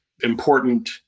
important